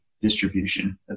distribution